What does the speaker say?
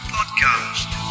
Podcast